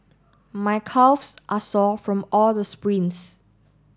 my calves are sore from all the sprints